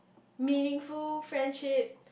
meaningful friendship